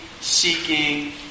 seeking